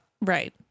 Right